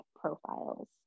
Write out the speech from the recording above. profiles